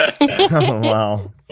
Wow